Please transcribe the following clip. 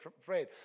afraid